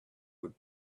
would